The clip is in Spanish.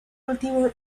último